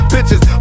Bitches